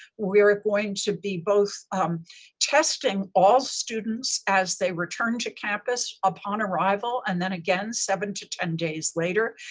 we are going to be both testing all students as they return to campus upon arrival and then again seven to ten days later,